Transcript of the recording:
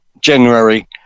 January